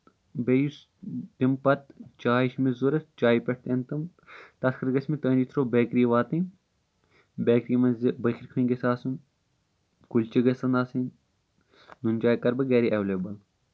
بیٚیہِ یُس تِم پَتہٕ چاے چھُ مےٚ ضرورت چایہِ پٮ۪ٹھ یِنۍ تِم تتھ خٲطرٕ گژھِ مےٚ تُہندۍ تھروٗ بیکری واتںۍ بیکری منٛز بٲکِر کھٲنۍ گژھِ آسٕںۍ کُلچہٕ گژھن آسٕنۍ نُنہٕ چاے کرٕ بہٕ گرے ایٚولیبٕل